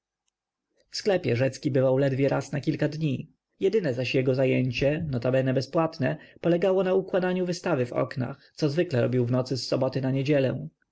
w sklepie rzecki bywał ledwie raz na kilka dni jedyne zaś jego zajęcie notabene bezpłatne polegało na układaniu wystawy w oknach co zwykle robił w nocy z soboty na niedzielę